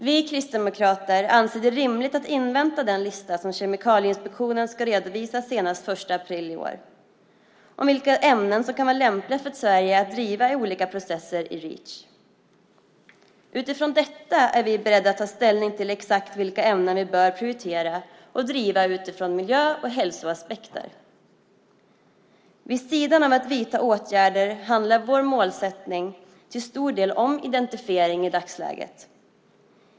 Vi kristdemokrater anser det rimligt att invänta den lista som Kemikalieinspektionen ska redovisa senast den 1 april i år med vilka ämnen som kan vara lämpliga för Sverige att driva i olika processer i Reach. Utifrån detta är vi beredda att ta ställning till exakt vilka ämnen vi bör prioritera att driva utifrån hälso och miljöaspekter. Vid sidan av att vidta åtgärder handlar vår målsättning till stor del om identifiering i dagsläget.